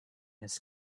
his